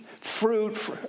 fruit